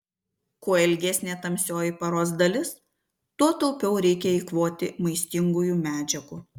kuo ilgesnė tamsioji paros dalis tuo taupiau reikia eikvoti maistingųjų medžiagų